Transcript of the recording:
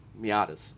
Miatas